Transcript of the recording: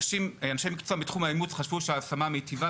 אנשי מקצוע מתחום האימוץ חשבו שההשמה המיטיבה